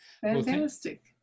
Fantastic